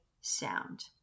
sound